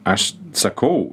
aš sakau